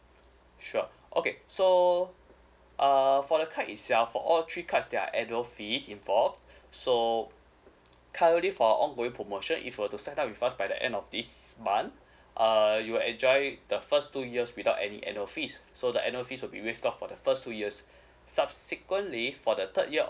sure okay so uh for the card itself all three cards there are annual fees involve so currently for ongoing promotion if you were to sign up with us by the end of this month uh you'll enjoy the first two years without any annual fees so the annual fees will be waived off for the first two years subsequently for the third year